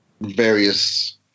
various